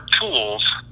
tools